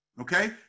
okay